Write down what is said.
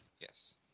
yes